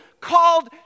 called